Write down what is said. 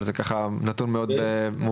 אבל זה נתון מאוד מובהק.